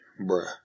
Bruh